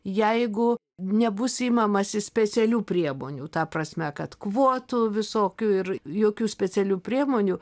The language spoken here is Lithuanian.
jeigu nebus imamasi specialių priemonių ta prasme kad kvotų visokių ir jokių specialių priemonių